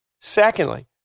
Secondly